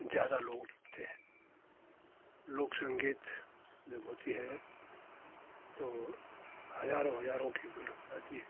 ज़्यादा लोग रुकते हैं लोक संगीत जब होती है तो हज़ारों हज़ारों की भीड़ रहती है